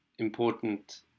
important